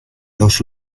dos